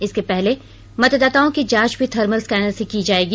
इसके पहले मतदाताओं की जांच भी थर्मल स्कैनर से की जायेगी